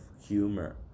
humor